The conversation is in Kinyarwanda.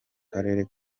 karere